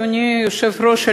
אדוני היושב-ראש,